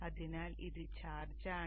അതിനാൽ ഇത് ചാർജാണ്